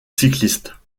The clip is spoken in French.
cyclistes